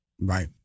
Right